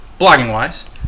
blogging-wise